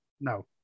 No